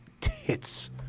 tits